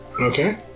Okay